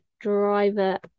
driver